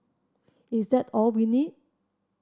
is that all we need